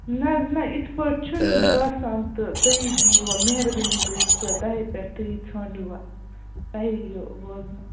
نہَ حظ نہَ یِتھٕ پٲٹھۍ چھُنہٕ باسان تہٕ تُہی دِیِوا مہربٲنی گٔے سۅ تۄہے پٮ۪ٹھ تُہی ژھٲنٛڈِو وَ تۄہے یِیَو بوزنہٕ